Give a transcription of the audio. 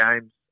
games